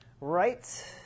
right